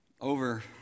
over